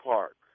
Park